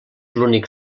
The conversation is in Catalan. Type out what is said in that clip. l’únic